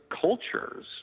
cultures